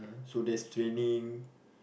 so there's training